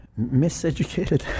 miseducated